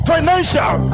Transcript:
Financial